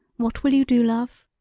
what will you do, love